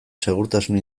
segurtasun